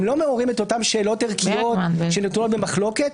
הם לא מעוררים את אותן שאלות ערכיות שנתונות במחלוקת,